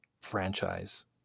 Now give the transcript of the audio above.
franchise